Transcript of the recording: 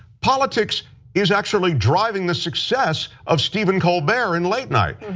politics is actually driving the success of stephen colbert and late night.